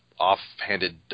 off-handed